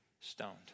stoned